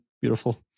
beautiful